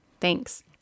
thanks